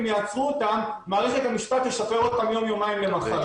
יעצרו אותם מערכת המשפט תשחרר אותם יום יומיים למחרת.